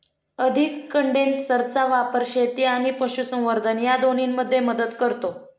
अधिक कंडेन्सरचा वापर शेती आणि पशुसंवर्धन या दोन्हींमध्ये मदत करतो